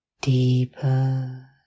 deeper